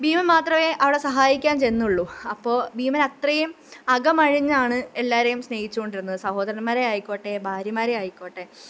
ഭീമന് മാത്രമേ അവിടെ സഹായിക്കാന് ചെന്നുള്ളു അപ്പോൾ ഭീമനത്രയും അകമഴിഞ്ഞാണ് എല്ലാവരേയും സ്നേഹിച്ചുകൊണ്ടിരുന്നത് സഹോദരമ്മാരെ ആയിക്കോട്ടെ ഭാര്യമാരെ ആയിക്കോട്ടെ